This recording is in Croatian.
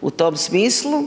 u tom smislu